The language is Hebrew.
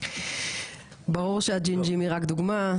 ברור שהג'ינג'ים היא רק דוגמה,